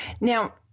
Now